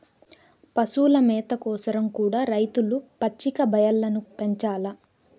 పశుల మేత కోసరం కూడా రైతులు పచ్చిక బయల్లను పెంచాల్ల